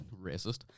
racist